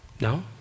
No